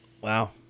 Wow